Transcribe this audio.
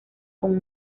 con